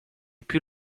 più